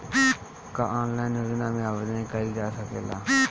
का ऑनलाइन योजना में आवेदन कईल जा सकेला?